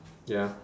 ya